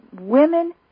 women